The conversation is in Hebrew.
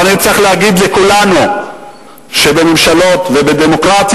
אבל אני צריך להגיד לכולנו שבממשלות ובדמוקרטיות